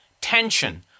tension